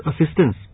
assistance